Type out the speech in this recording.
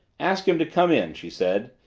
ask him to come in, she said.